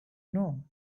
know